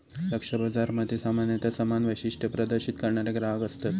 लक्ष्य बाजारामध्ये सामान्यता समान वैशिष्ट्ये प्रदर्शित करणारे ग्राहक असतत